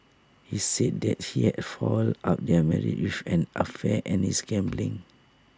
he said that he had fouled up their marriage with an affair and his gambling